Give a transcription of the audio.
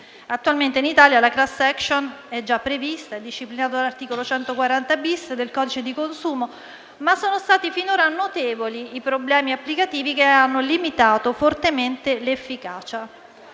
Attualmente in Italia la *class action* è già prevista e disciplinata dall'articolo 140-*bis* del codice del consumo, ma sono stati finora notevoli i problemi applicativi che ne hanno limitato fortemente l'efficacia.